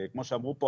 כמו שאמרו פה,